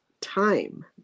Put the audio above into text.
time